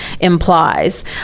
implies